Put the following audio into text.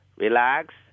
Relax